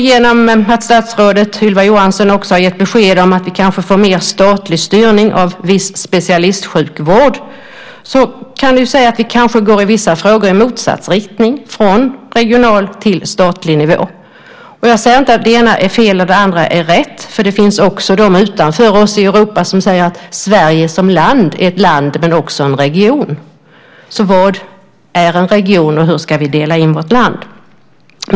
Genom att statsrådet Ylva Johansson också har gett besked om att vi kanske får mer statlig styrning av viss specialistsjukvård kanske vi i vissa frågor går i motsatt riktning, alltså från regional till statlig nivå. Jag säger inte att det ena är fel och det andra rätt. Det finns också de utanför oss i Europa som säger att Sverige är ett land men också en region. Vad är en region och hur ska vi dela in vårt land?